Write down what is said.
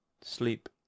sleep